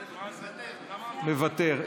מוותר.